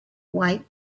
white